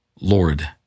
Lord